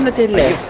middle